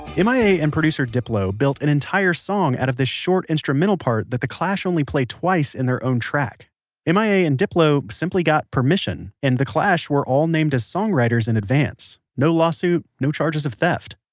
m i a. and producer diplo built an entire song out of this short instrumental part that the clash only play twice in their own track m i a. and diplo simply got permission, and the clash were all named as songwriters in advance. no lawsuit, no charges of theft.